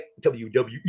wwe